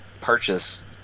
purchase